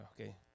Okay